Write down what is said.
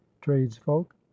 tradesfolk